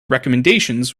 recommendations